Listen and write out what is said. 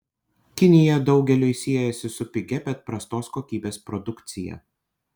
kinija daugeliui siejasi su pigia bet prastos kokybės produkcija